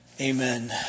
Amen